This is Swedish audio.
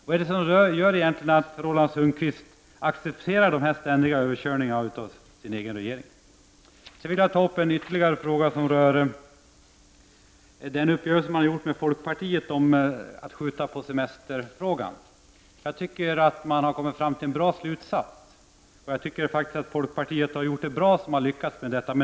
Vad är det egentligen som gör att Roland Sundgren accepterar dessa ständiga överkörningar i allt av sin egen regering? Sedan vill jag ta upp ytterligare en fråga som rör den uppgörelse socialdemokratin har gjort med folkpartiet om att skjuta på semesterreformerna. Jag tycker att man har kommit fram till en bra slutsats, och det är faktiskt bra av folkpartiet att ha lyckats med det.